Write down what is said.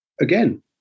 again